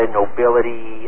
nobility